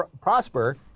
prosper